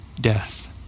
death